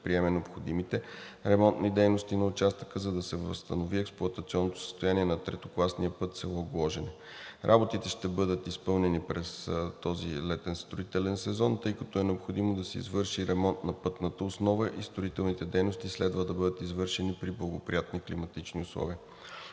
предприеме необходимите ремонтни дейности на участъка, за да се възстанови експлоатационното състояние на третокласния път в село Гложене. Работите ще бъдат изпълнени през този летен строителен ремонт, тъй като е необходимо да се извърши ремонт на пътната основа и строителните дейности следва да бъдат извършени при благоприятни климатични условия.